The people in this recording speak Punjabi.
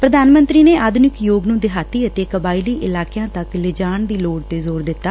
ਪ੍ਰਧਾਨ ਮੰਤਰੀ ਨੇ ਆਧੁਨਿਕ ਯੋਗ ਨੂੰ ਦੇਹਾਤੀ ਅਤੇ ਕਬਾਇਲੀ ਇਲਾਕਿਆਂ ਤੱਕ ਲਿਜਾਣ ਦੀ ਲੋੜ ਤੇ ਜ਼ੋਰ ਦਿੱਤਾ